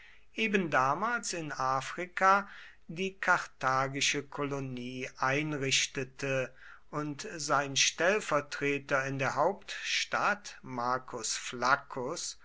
eben damals in afrika die karthagische kolonie einrichtete und sein stellvertreter in der hauptstadt marcus